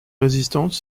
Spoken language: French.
résistantes